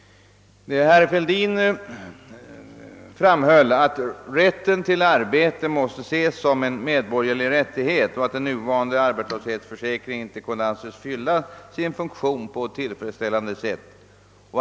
Herr Fälldin betonade att rätten till arbete måste ses som en medborgerlig rättighet och att den nuvarande arbets löshetsförsäkringen inte kunde anses fylla sin funktion på tillfredsställande sätt.